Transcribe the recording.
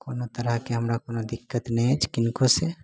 कोनो तरहके हमरा कोनो दिक्कत नहि अछि किनको से